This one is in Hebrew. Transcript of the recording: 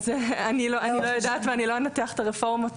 אני לא יודעת ולא אנתח את הרפורמות,